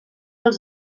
els